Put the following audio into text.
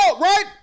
right